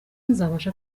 nzabasha